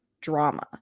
drama